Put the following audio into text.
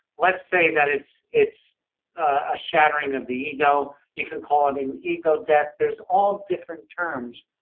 let's say that it's it's a shattering of the ego. you can call it an ego death. there's all different terms.